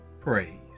Praise